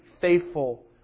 faithful